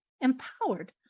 empowered